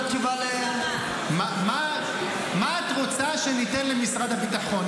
מה את רוצה שניתן למשרד הביטחון?